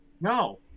No